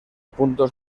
puntos